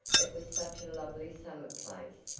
it was such a lovely summer place,